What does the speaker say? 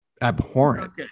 abhorrent